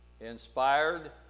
inspired